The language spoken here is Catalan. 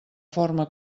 forma